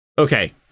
Okay